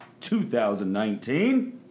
2019